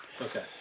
Okay